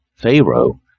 Pharaoh